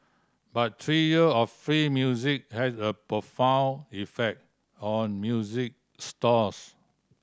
but three year of free music had a profound effect on music stores